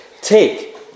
Take